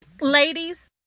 Ladies